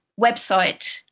website